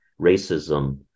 racism